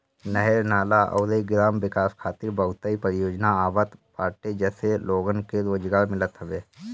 नहर, नाला अउरी ग्राम विकास खातिर बहुते परियोजना आवत बाटे जसे लोगन के रोजगार मिलत हवे